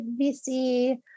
VC